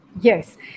Yes